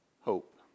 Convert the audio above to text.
hope